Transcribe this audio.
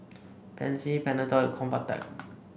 Pansy Panadol and Convatec